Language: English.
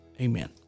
amen